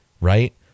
right